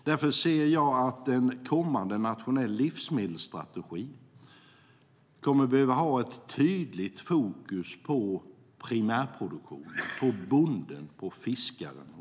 Därför anser jag att en kommande nationell livsmedelsstrategi måste ha ett tydligt fokus på primärproduktionen, på bonden och på fiskaren.